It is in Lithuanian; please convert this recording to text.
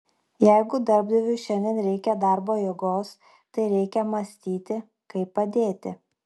jeigu darbdaviui šiandien reikia darbo jėgos tai reikia mąstyti kaip padėti